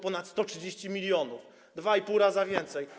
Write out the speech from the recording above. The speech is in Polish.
Ponad 130 mln - dwa i pół razy więcej.